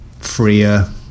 freer